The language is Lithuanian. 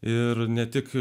ir ne tik